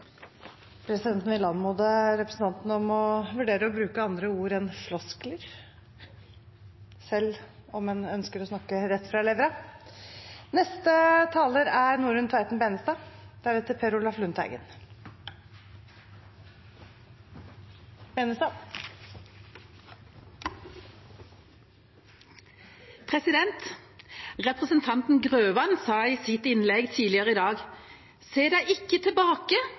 Presidenten vil anmode representanten Geir Adelsten Iversen om å vurdere å bruke andre ord enn «floskler», selv om en ønsker å snakke «rett fra levra». Representanten Grøvan sa i sitt innlegg tidligere i dag: «Se deg ikke tilbake,